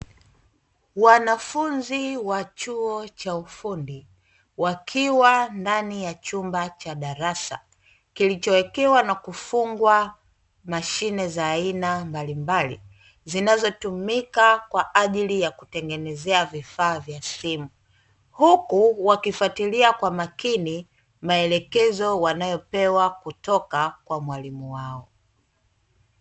Wanafunzi wa chuo cha ufundi wakiwa ndani ya chumba cha darasa, kilichowekewa na kufungwa mashine za aina mbalimbali zinazotumika kwa ajili ya kutengenezea vifaa vya simu; huku wakifatilia kwa makini maelekezo wanayopewa kutoka kwa mwalimu wao.